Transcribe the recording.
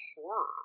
horror